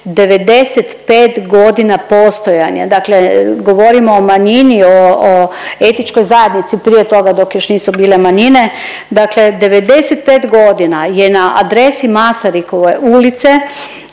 95 godina postojanja, dakle govorimo o manjini o etničkoj zajednici prije toga dok još nisu bile manjine, dakle 95 godina je na adresi Masarykove ulice,